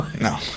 No